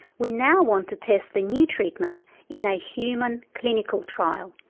we now want to test the new treatment in a human clinical trial.